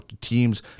teams